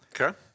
Okay